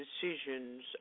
decisions